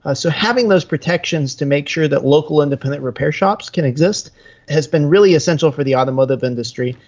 ah so having those protections to make sure that local independent repair shops can exist has been really essential for the automotive industry,